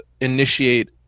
initiate